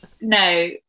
No